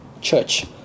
church